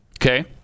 Okay